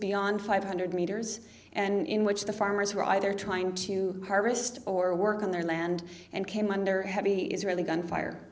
beyond five hundred meters and in which the farmers were either trying to harvest or work on their land and came under heavy israeli gunfire